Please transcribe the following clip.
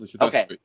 Okay